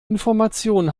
information